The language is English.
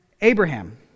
Abraham